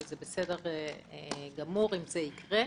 זה בסדר גמור אם זה יקרה.